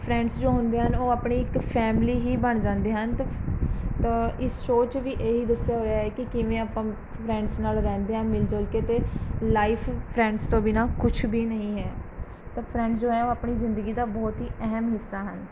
friends ਜੋ ਹੁੰਦੇ ਹਨ ਉਹ ਆਪਣੀ ਇੱਕ ਫੈਮਿਲੀ ਹੀ ਬਣ ਜਾਂਦੇ ਹਨ ਤਾਂ ਤਾਂ ਇਸ ਸ਼ੋਅ 'ਚ ਵੀ ਇਹੀ ਦੱਸਿਆ ਹੋਇਆ ਹੈ ਕਿ ਕਿਵੇਂ ਆਪਾਂ ਫ੍ਰੈਡਜ਼ ਨਾਲ਼ ਰਹਿੰਦੇ ਹਾਂ ਮਿਲ ਜੁਲ ਕੇ ਅਤੇ ਲਾਈਫ਼ ਫ੍ਰੈਡਜ਼ ਤੋਂ ਬਿਨਾ ਕੁਛ ਵੀ ਨਹੀਂ ਹੈ ਤਾਂ ਫ੍ਰੈਡਜ਼ ਜੋ ਹੈ ਉਹ ਆਪਣੀ ਜ਼ਿੰਦਗੀ ਦਾ ਬਹੁਤ ਹੀ ਅਹਿਮ ਹਿੱਸਾ ਹਨ